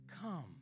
Come